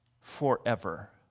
forever